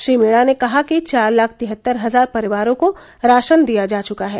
श्री मीणा ने कहा कि चार लाख तिहत्तर हजार परिवारों को राशन दिया जा चुका है